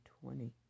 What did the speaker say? twenty